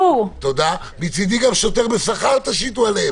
מצדי שוטר בשכר תשיתו עליהם.